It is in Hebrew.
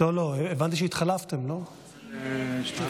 חברת הכנסת שרן השכל, בבקשה.